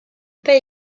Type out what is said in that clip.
pas